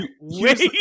wait